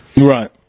Right